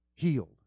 healed